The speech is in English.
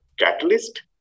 catalyst